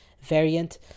variant